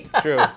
true